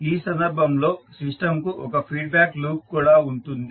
ఈ సందర్భంలో సిస్టంకు ఒక ఫీడ్బ్యాక్ లూప్ కూడా ఉంటుంది